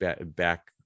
back